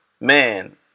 man